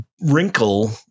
wrinkle